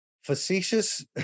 facetious